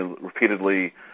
repeatedly